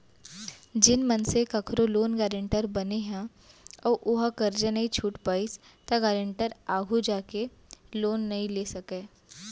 जेन मनसे कखरो लोन गारेंटर बने ह अउ ओहा करजा नइ छूट पाइस त गारेंटर आघु जाके लोन नइ ले सकय